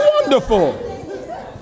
wonderful